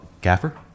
gaffer